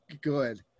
good